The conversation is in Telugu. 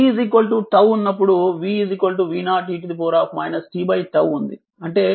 t τ ఉన్నప్పుడు v v 0 e τ τ ఉంది అంటే v v 0 e 1 0